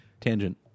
Tangent